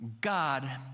God